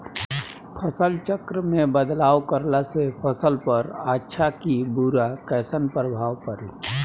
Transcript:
फसल चक्र मे बदलाव करला से फसल पर अच्छा की बुरा कैसन प्रभाव पड़ी?